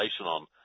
on